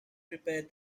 prepared